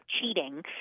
cheating